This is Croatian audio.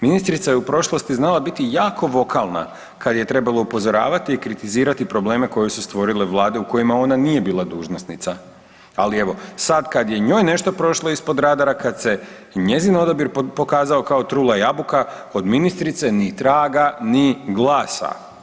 Ministrica je u prošlosti znala biti jako vokalna kada je trebalo upozoravati i kritizirati probleme koje su stvorile Vlade u kojima ona nije bila dužnosnica, ali evo sad kad je njoj nešto prošlo ispod radara, kad se njezin odabir pokazao kao trula jabuka od ministrice ni traga ni glasa.